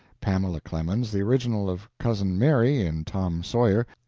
pamela clemens, the original of cousin mary, in tom sawyer,